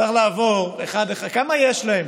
צריך לעבור אחד-אחד, כמה יש להם?